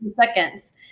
seconds